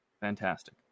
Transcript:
Fantastic